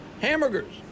hamburgers